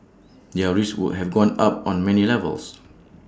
their risks would have gone up on many levels